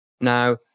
Now